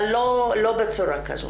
אבל לא בצורה כזאת.